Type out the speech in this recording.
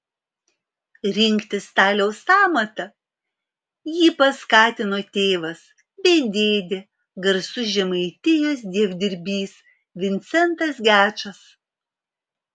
rinktis staliaus amatą jį paskatino tėvas bei dėdė garsus žemaitijos dievdirbys vincentas gečas